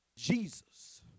Jesus